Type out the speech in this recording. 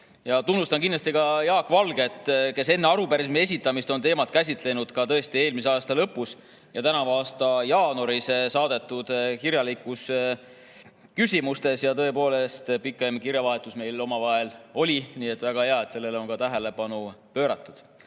Tunnustan ka Jaak Valget, kes enne arupärimise esitamist on teemat käsitlenud tõesti eelmise aasta lõpus ja tänavu aasta jaanuaris saadetud kirjalikes küsimustes. Tõepoolest, pikem kirjavahetus meil omavahel oli. Nii et väga hea, et sellele on ka tähelepanu pööratud.